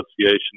association